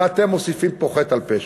ואתם מוסיפים פה חטא על פשע.